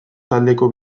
taldeko